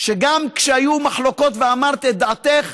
גם כשהיו מחלוקות ואמרת את דעתך,